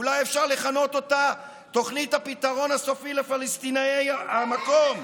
אולי אפשר לכנות אותה: תוכנית הפתרון הסופי לפלסטיני המקום.